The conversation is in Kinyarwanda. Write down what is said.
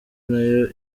nayo